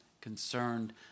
concerned